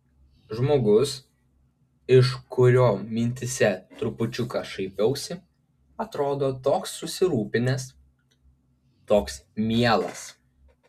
žmogus iš kurio mintyse trupučiuką šaipiausi atrodo toks susirūpinęs toks mielas